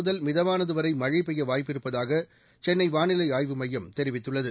முதல் மிதமானது வரை மழை பெய்ய வாய்ப்பிருப்பதாக சென்னை வானிலை ஆய்வு மையம் தெரிவித்குள்ளது